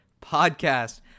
podcast